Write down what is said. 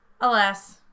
Alas